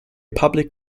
public